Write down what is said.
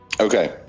okay